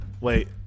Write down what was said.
Wait